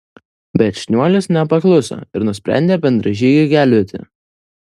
bet šniuolis nepakluso ir nusprendė bendražygį gelbėti